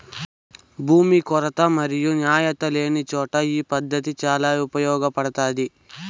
భూమి కొరత మరియు నాణ్యత లేనిచోట ఈ పద్దతి చాలా ఉపయోగపడుతాది